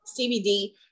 CBD